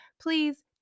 please